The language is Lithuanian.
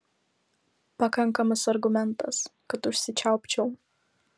pakankamas argumentas kad užsičiaupčiau